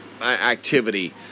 activity